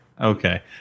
Okay